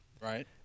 Right